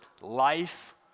life